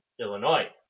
Illinois